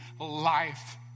life